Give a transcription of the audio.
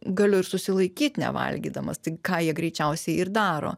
galiu ir susilaikyt nevalgydamas tai ką jie greičiausiai ir daro